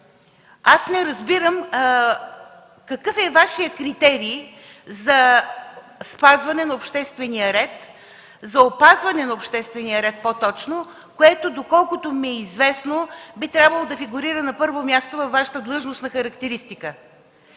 Не разбирам какъв е Вашият критерий за спазване на обществения ред, по-точно – за опазване на обществения ред, който доколкото ми е известно би трябвало да фигурира на първо място във Вашата длъжностна характеристика.